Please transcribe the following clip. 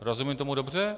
Rozumím tomu dobře?